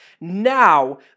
Now